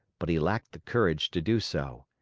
but he lacked the courage to do so.